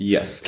Yes